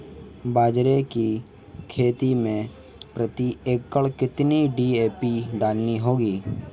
बाजरे की खेती में प्रति एकड़ कितनी डी.ए.पी डालनी होगी?